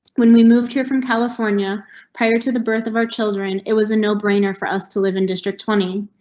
when we moved here from california prior to the birth of our children, it was a no brainer for us to live in district twenty.